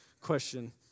question